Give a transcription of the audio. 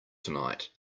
tonight